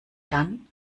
dann